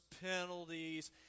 penalties